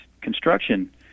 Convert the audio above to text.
construction